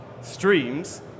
streams